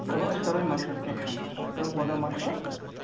چلو أسۍ کَرو یہِ مَشوَرٕ کیٚنٛہہ چھُنہٕ أسۍ کَرو پگاہ مَشوَرٕ